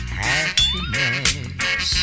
happiness